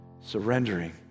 surrendering